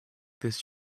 this